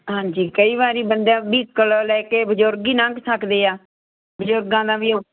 ਹਾਂਜੀ ਕਈ ਵਾਰੀ ਬੰਦਾ ਵੀਹਕਲ ਲੈ ਕੇ ਬਜ਼ੁਰਗ ਹੀ ਲੰਘ ਸਕਦੇ ਆ ਬਜ਼ੁਰਗਾਂ ਦਾ ਵੀ ਔ